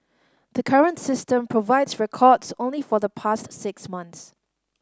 the current system provides records only for the past six months